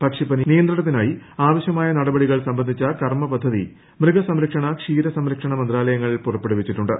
പക്ഷിപ്പനി നിയന്ത്രണത്തിനായി ആവശ്യമായ നടപടികൾ സംബന്ധിച്ച കർമ്മപദ്ധതി മൃഗസംരക്ഷണ ക്ഷീര സംരക്ഷണ മന്ത്രാലയങ്ങൾ പുറപ്പെടുവിച്ചിട്ടുണ്ട്